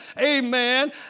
Amen